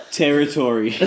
territory